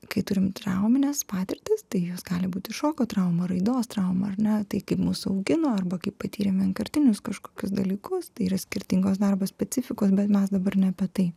kai turim traumines patirtis tai jos gali būti šoko trauma raidos trauma ar ne tai kaip mus augino arba kai patyrėme vienkartinius kažkokius dalykus yra skirtingos darbo specifikos bet mes dabar ne apie tai